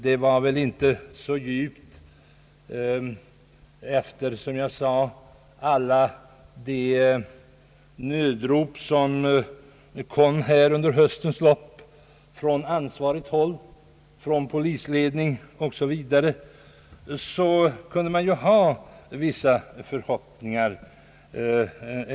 Jag framförde inte detta beklagande med något större eftertryck, men jag sade att man efter alla de nödrop, som under höstens lopp hade upphävts från ansvarigt håll, t.ex. polisledningen, kunde hysa vissa förhoppningar i detta avseende.